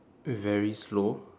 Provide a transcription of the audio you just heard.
very slow